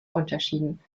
unterschieden